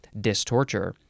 Distorture